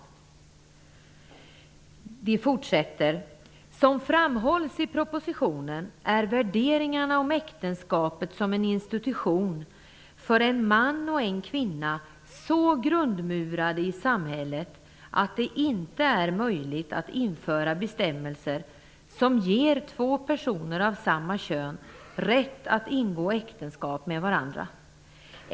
Som framhålls i propositionen är värderingarna om äktenskapet som en institution för en man och en kvinna så grundmurade i samhället att det inte möjligt att införa bestämmelser som ger två personer av samma kön rätt att ingå äktenskap med varandra.